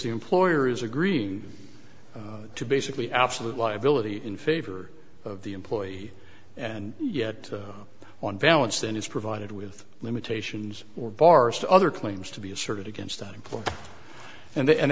the employer is agreeing to basically absolute liability in favor of the employee and yet on balance that is provided with limitations or bars to other claims to be asserted against that employer and and